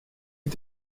est